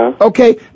Okay